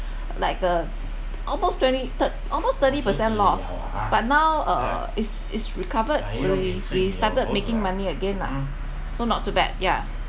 like uh almost twenty thirt~ almost thirty percent loss but now uh is is recovered we we started making money again lah so not too bad yeah